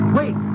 Wait